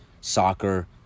soccer